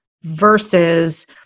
versus